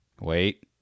Wait